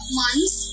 months